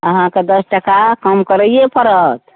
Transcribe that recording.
अहाँकेँ दश टका कम करैए पड़त